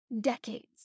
decades